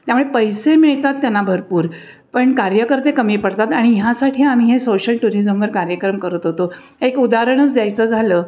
त्यामुळे पैसे मिळतात त्यांना भरपूर पण कार्यकर्ते कमी पडतात आणि ह्यासाठी आम्ही हे सोशल टुरिजमवर कार्यक्रम करत होतो एक उदाहरणच द्यायचं झालं